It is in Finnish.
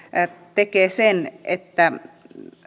tekee sen että